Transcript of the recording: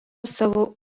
savo